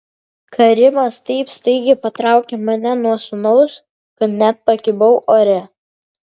karimas taip staigiai patraukė mane nuo sūnaus kad net pakibau ore